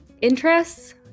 interests